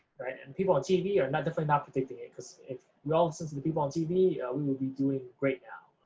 right. and people on tv are not definitely not predicting it because if we all listened to the people on tv, we would be doing great now.